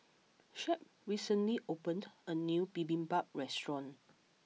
Shep recently opened a new Bibimbap restaurant